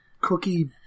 cookie